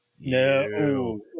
No